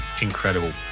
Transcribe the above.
incredible